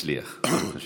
והצליח, ברוך השם.